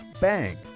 bang